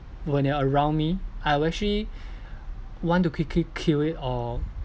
when they're around me I will actually want to quickly kill it or